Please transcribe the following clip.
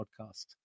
Podcast